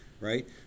right